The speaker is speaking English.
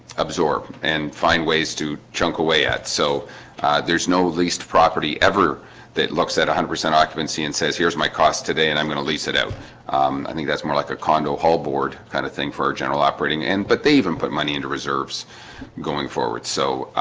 absorb and find ways to chunk away at so there's no leased property ever that looks at one hundred and ah seven c and says here's my cost today and i'm gonna lease it out i think that's more like a condo hall board kind of thing for our general operating and but they even put money into reserves going forward so